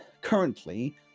currently